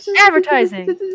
advertising